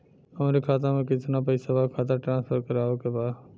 हमारे खाता में कितना पैसा बा खाता ट्रांसफर करावे के बा?